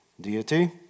deity